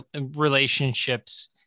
relationships